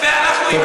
תודה.